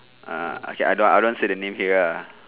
uh okay I don't I don't want say the name here ah